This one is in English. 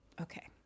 Okay